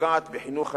שפוגעת בחינוך הילדים,